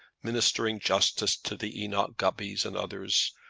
ministering justice to the enoch gubbys and others,